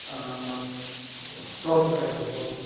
torch लाइटहरू भयो